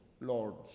lords